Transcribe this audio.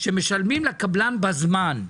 שמשלמים לקבלן בזמן,